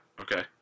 Okay